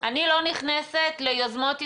אני לא נכנסת ליוזמות עסקיות,